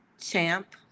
champ